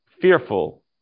fearful